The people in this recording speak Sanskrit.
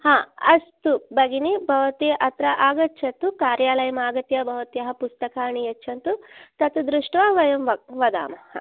हा अस्तु भगिनि भवती अत्र आगच्छतु कार्यालयम् आगत्य भवत्याः पुस्तकानि यच्छन्तु तत् दृष्ट्वा वयं वदामः